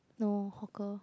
no hawker